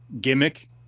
gimmick